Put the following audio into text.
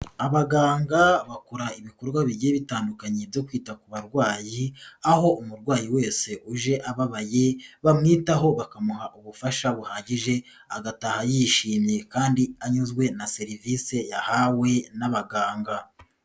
Abaganga bakora ibikorwa bigiye bitandukanye byo kwita ku barwayi, aho umurwayi wese uje ababaye, bamwitaho bakamuha ubufasha buhagije, agataha yishimye kandi anyuzwe na serivisi yahawe n'abaganga.